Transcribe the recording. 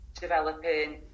developing